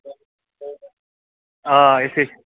آ أسۍ چھِ